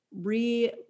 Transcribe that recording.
re